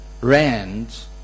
rands